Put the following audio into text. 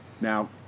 Now